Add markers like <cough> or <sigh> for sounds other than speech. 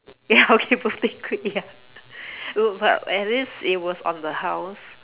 ya <laughs> okay birthday kueh ya look but at least it was on the house